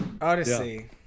Odyssey